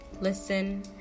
listen